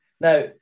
Now